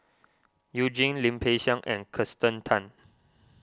You Jin Lim Peng Siang and Kirsten Tan